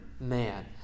man